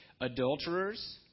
adulterers